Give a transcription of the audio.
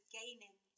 gaining